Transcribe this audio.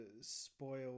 spoil